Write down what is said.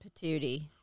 patootie